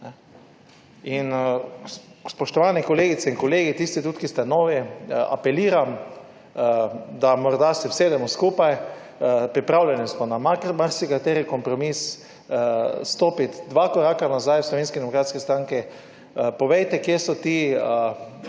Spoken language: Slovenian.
Spoštovani kolegice in kolegi, tudi tisti, ki ste novi, apeliram, da se morda usedemo skupaj, pripravljeni smo na marsikateri kompromis, stopiti dva koraka nazaj v Slovenski demokratski stranki. Povejte, kje so